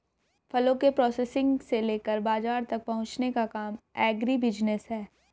फलों के प्रोसेसिंग से लेकर बाजार तक पहुंचने का काम एग्रीबिजनेस है